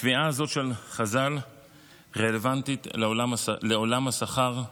הקביעה הזאת של חז"ל רלוונטית לעולם השכר,